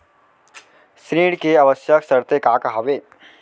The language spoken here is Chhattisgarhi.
ऋण के आवश्यक शर्तें का का हवे?